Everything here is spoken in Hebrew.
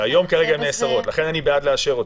כיום הפעילויות האלה נאסרות ולכן אני בעד לאשר אותן.